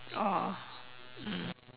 oh mm